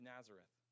Nazareth